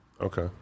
Okay